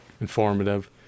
informative